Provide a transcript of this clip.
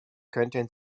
könnten